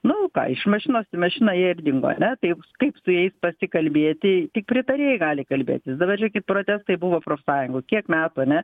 nu ką iš mašinos į mašiną jie ir dingo ane tai kaip su jais pasikalbėti tik pritarėjai gali kalbėtis dabar žiūrėkit protestai buvo profsąjungų kiek metų ane